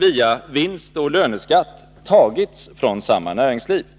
via vinstoch löneskatt först tagits från samma näringsliv.